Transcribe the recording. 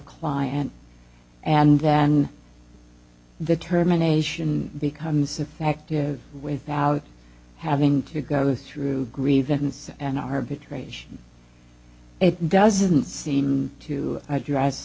client and then the terminations becomes effective without having to go through grievance an arbitration it doesn't seem to address